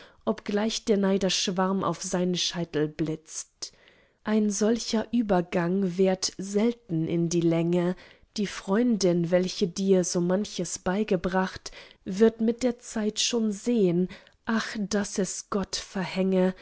obgleich der neider schwarm auf seine scheitel blitzt ein solcher übergang währt selten in die länge die freundin welche dir so manches beigebracht wird mit der zeit schon sehn ach daß es gott verhänge